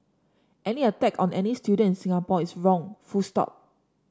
any attack on any student in Singapore is wrong full stop